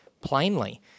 plainly